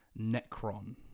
Necron